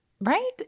Right